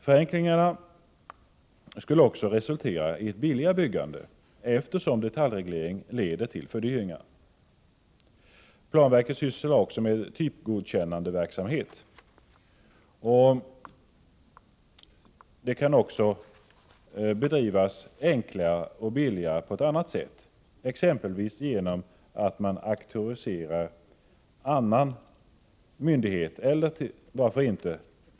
Förenklingarna skulle också resultera i ett billigare byggande, eftersom detaljregleringar leder till fördyringar. Planverket sysslar också med typgodkännandeverksamhet, något som också kan bedrivas enklare och billigare på ett annat sätt, exempelvis genom att man auktoriserar annan myndighet eller — varför inte?